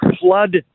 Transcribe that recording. flood